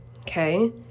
Okay